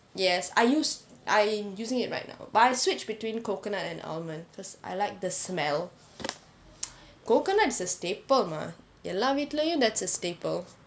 yes I use I'm using it right now but I switch between coconut and almond because I like the smell coconut is a staple mah எல்லா வீட்டிலையும்:ellaa vittlaiyum that's a staple